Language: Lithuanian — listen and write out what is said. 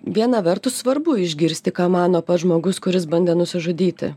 viena vertus svarbu išgirsti ką mano pats žmogus kuris bandė nusižudyti